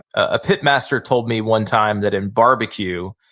a pitmaster told me one time that in barbecue,